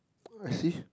I see